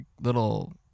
little